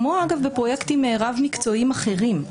כמו בפרויקטים רב מקצועיים אחרים,